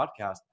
podcast